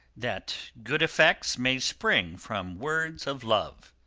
that good effects may spring from words of love